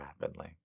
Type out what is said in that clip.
rapidly